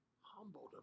humbled